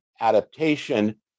adaptation